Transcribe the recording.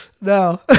No